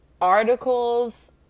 articles